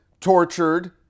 tortured